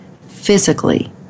physically